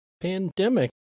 pandemic